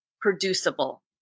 producible